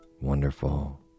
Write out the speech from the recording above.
wonderful